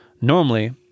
Normally